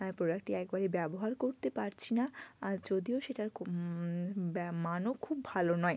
আমি প্রোডাক্টটি একবারই ব্যবহার করতে পারছি না আর যদিও সেটার মানও খুব ভালো নয়